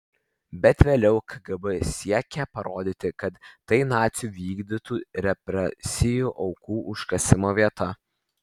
bet vėliau kgb siekė parodyti kad tai nacių vykdytų represijų aukų užkasimo vieta